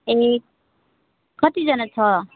ए कतिजना छ